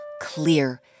clear